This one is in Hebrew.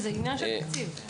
שזה עניין של תקציב.